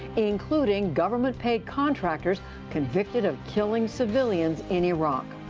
including government-paid contractors convicted of killing civilians in iraq.